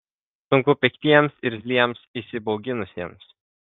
sunku piktiems irzliems įsibauginusiems